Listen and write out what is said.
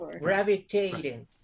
gravitating